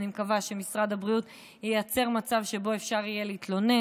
אני מקווה שמשרד הבריאות ייצר מצב שבו אפשר יהיה להתלונן,